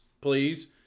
please